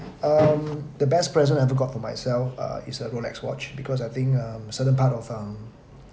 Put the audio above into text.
um the best present I ever got for myself uh is a rolex watch because I think um certain part of um